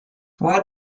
what